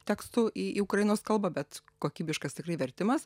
tekstu į į ukrainos kalbą bet kokybiškas tikrai vertimas